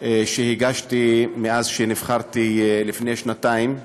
שהגשתי לאחר שנבחרתי לפני שנתיים,